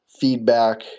feedback